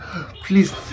Please